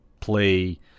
play